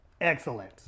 Excellent